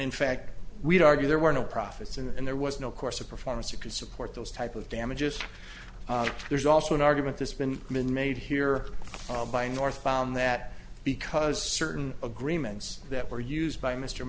in fact we do argue there were no profits and there was no course of performance you can support those type of damages there's also an argument that's been made here by north found that because certain agreements that were used by mr